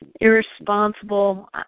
Irresponsible